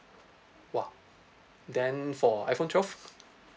!wah! then for iphone twelve